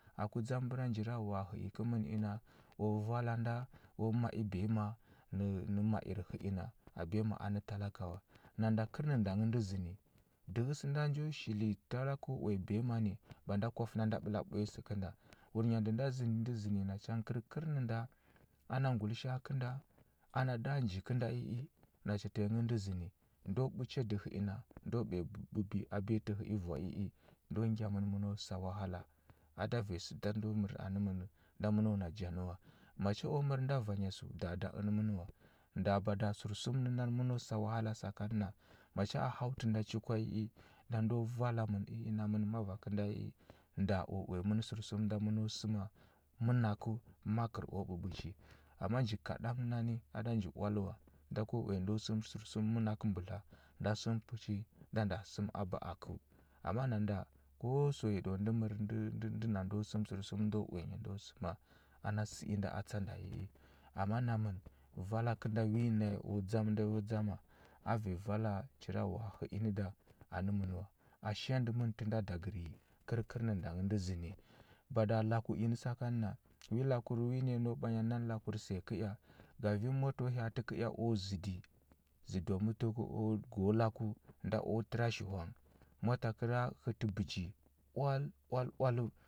Aku dzam bəra njirawawa a hə i kəmən ina, u vala nda u ma i biyama nə nə ma ir hə i na a biyama anə talaka wa. Nanda kərnənda ngə ndə zəni. Dəhə sənda u shili talaka u uya biyama ni, ba nda kwafəna nda ɓəla ɓuya səkənda wurnya ndə nda ndə zənə nacha gə kər kərnənda ana ngulisha a ana nda njigə nda i i, nacha tanyi ngə ndə zəni. Ndo ɓu chadi hə i na ndo biya ɓu a biyatə hə i voa i i, ndo ngya mən məno sa wahala. A da vanya səda ndo mər anə mən nda məno na janə wa. Macha u mər nda vanya səu da da ənə mən wa. Da bada sərsum nə nani məno sa wahala sakan na macha hau tə nda chi kwa i i, nda ndo vala mən i i namən mava kənda i i nda u uya mən sərsum nda məno səma mənakəu makər u ɓuɓuchi. Amma nji kaɗan nani a da nji oal wa nda ko uya ndu səm sərsum mənakə mbudla, nda səm puchi nda nda səm a ba akəu. Amma nanda ko sau yiɗau ndə mər ndə ndəndə na ndo səm sərsum ndo uya nyi ndo səma ana sə ina tsa nda i i. Amma namən vala kənda wi naya u dzam nda yo dzama, a vanya vala njirawawa a hə i nə da anə mən wa. A shandə mən tə nda dagəryi kər kərnənda ngə ndə zəni. Bada laku inə sakan na wi lakur wi naya no ɓwanya nə nani lakur səya kəea, gavin mota hya atə kəea u zədi, zədi u mutuku u gu laku nda u təra shi hong. Mota kəra həti bəji oal oal oaləu.